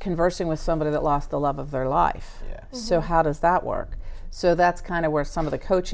conversing with somebody that lost the love of their life so how does that work so that's kind of where some of the coach